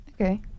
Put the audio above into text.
Okay